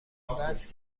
وزن